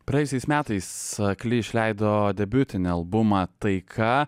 praėjusiais metais akli išleido debiutinį albumą taika